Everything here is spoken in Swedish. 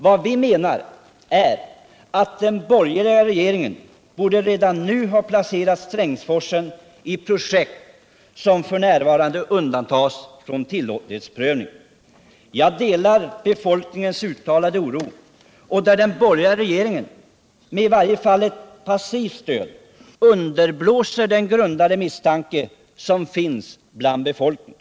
Vad vi menar är att den borgerliga regeringen redan nu borde ha placerat Strängsforsen bland projekt som f. n. undantas från tillåtlighetsprövning. Jag delar befolk ningens uttalade oro, då den borgerliga regeringen med i varje fall ett - Nr 52 passivt stöd underblåser den grundade misstanke som finns bland be Torsdagen den fölkningen.